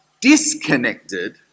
disconnected